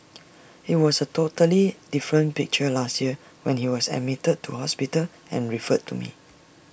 IT was A totally different picture last year when he was admitted to hospital and referred to me